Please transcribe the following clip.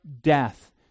death